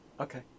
Okay